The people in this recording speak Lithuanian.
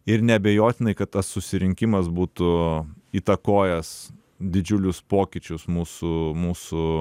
ir neabejotinai kad tas susirinkimas būtų įtakojęs didžiulius pokyčius mūsų mūsų